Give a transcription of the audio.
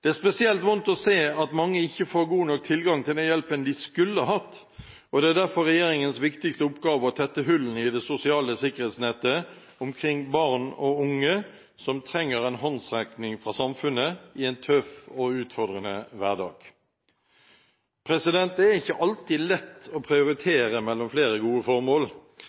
Det er spesielt vondt å se at mange ikke får god nok tilgang til den hjelpen de skulle hatt. Det er derfor regjeringens viktigste oppgave å tette hullene i det sosiale sikkerhetsnettet omkring barn og unge som trenger en håndsrekning fra samfunnet i en tøff og utfordrende hverdag. Det er ikke alltid lett å prioritere mellom flere gode formål,